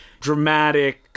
dramatic